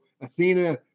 Athena